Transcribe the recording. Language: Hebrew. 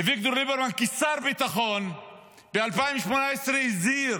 אביגדור ליברמן כשר ביטחון ב-2018 הזהיר